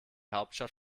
hauptstadt